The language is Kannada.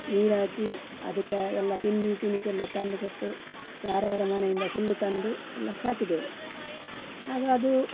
ನೀರು ಹಾಕಿ ಅದಕ್ಕೆ ಎಲ್ಲ ತಿಂಡಿ ತಿನಿಸೆಲ್ಲ ತಂದು ಕೊಟ್ಟು ಯಾರ ಯಾರ ಮನೆಯಿಂದ ಹುಲ್ಲು ತಂದು ಎಲ್ಲ ಸಾಕಿದೆವು ಆಗ ಅದು